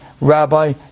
Rabbi